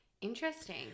interesting